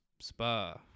spa